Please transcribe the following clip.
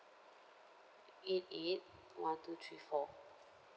eight eight one two three four